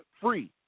free